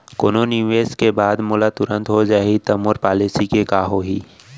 कोनो निवेश के बाद मोला तुरंत हो जाही ता मोर पॉलिसी के का होही?